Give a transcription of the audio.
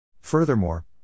Furthermore